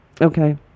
Okay